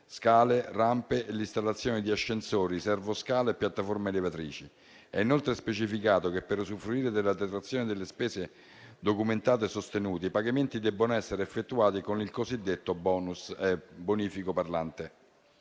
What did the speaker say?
scale, rampe e l'installazione di ascensori, servoscale e piattaforme elevatrici. È inoltre specificato che, per usufruire della detrazione delle spese documentate sostenute, i pagamenti debbano essere effettuati con il cosiddetto bonifico parlante.